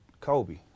Kobe